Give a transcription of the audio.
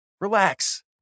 Relax